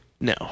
no